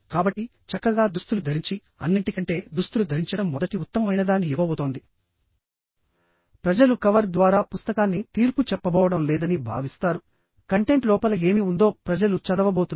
కాబట్టి చక్కగా దుస్తులు ధరించి అన్నింటికంటేదుస్తులు ధరించడం మొదటి ఉత్తమమైనదాన్ని ఇవ్వబోతోంది ప్రజలు కవర్ ద్వారా పుస్తకాన్ని తీర్పు చెప్పబోవడం లేదని భావిస్తారు కంటెంట్ లోపల ఏమి ఉందో ప్రజలు చదవబోతున్నారు